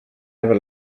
never